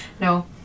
No